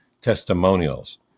testimonials